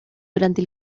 durante